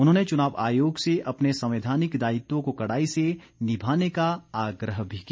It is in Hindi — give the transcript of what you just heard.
उन्होंने चुनाव अयोग से अपने संवैधानिक दायित्व को कड़ाई से निभाने का आग्रह भी किया